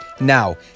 Now